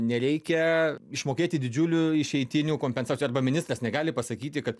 nereikia išmokėti didžiulių išeitinių kompensacijų ministras negali pasakyti kad